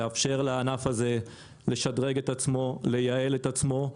לאפשר לענף הזה לשדרג את עצמו, לייעל את עצמו,